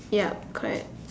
ya correct